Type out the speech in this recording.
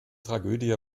tragödie